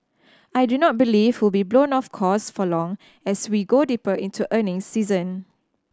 I do not believe will be blown off course for long as we go deeper into earning season